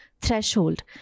Threshold